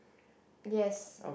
yes